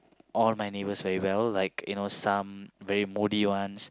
all my neighbours very well like you know some very moody ones